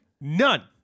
None